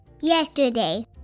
Yesterday